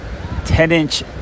10-inch